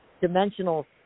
dimensional